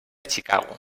chicago